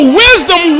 wisdom